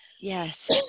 Yes